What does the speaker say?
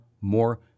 more